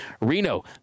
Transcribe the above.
Reno